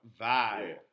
vibe